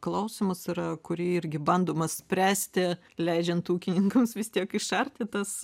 klausimas yra kurį irgi bandoma spręsti leidžiant ūkininkams vis tiek išarti tas